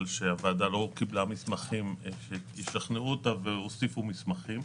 שהוועדה לא קיבלה מסמכים שישכנעו אותה ואז הוסיפו מסמכים,